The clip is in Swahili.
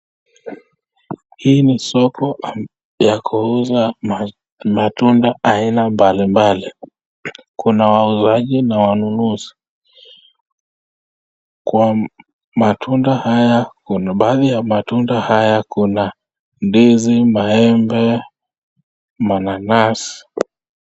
Hii ni soko ya kuuza matunda aina mbalimbali ,Kuna wauzaji na wanunuzi matunda haya baadhi ya matunda haya kuna ndizi, maembe, mananas.